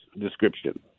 description